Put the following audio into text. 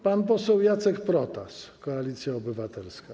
Pan poseł Jacek Protas, Koalicja Obywatelska.